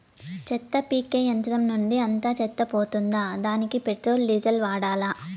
చెత్త పీకే యంత్రం నుండి అంతా చెత్త పోతుందా? దానికీ పెట్రోల్, డీజిల్ వాడాలా?